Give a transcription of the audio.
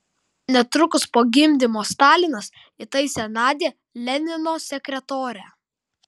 netrukus po gimdymo stalinas įtaisė nadią lenino sekretore